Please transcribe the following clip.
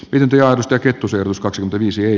ylityö ja kettu syö plus kaksi viisi ei